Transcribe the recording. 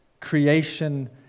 creation